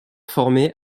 formé